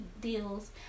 deals